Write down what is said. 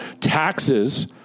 Taxes